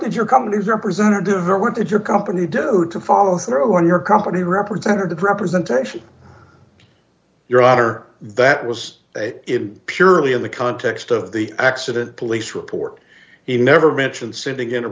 did your company's representative or what did your company do to follow through on your company representative representation your honor that was it purely in the context of the accident police report he never mentioned s